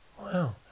Wow